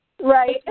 Right